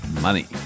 money